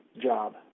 job